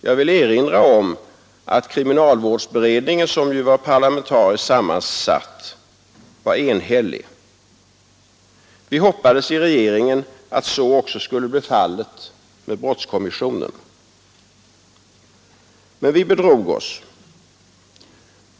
Jag vill erinra om att kriminalvårdsberedningen, som var parlamentariskt sammansatt, var enhällig. Vi hoppades i regeringen att så också skulle bli fallet med brottskommissionen. Men vi bedrog oss.